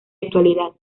actualidad